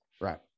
Right